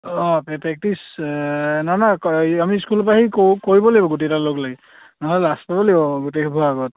অঁ পে প্ৰেক্টিচ নহয় নহয় আমি স্কুলৰ পৰা আহি ক কৰিব লাগিব গোটেইকেইটা লগ লাগি নহ'লে লাজ পাব লাগিব গোটেইসোপাৰ আগত